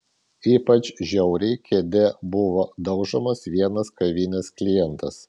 ypač žiauriai kėde buvo daužomas vienas kavinės klientas